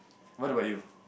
what about you